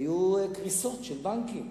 היו קריסות של בנקים,